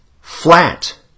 flat